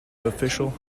official